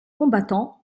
combattants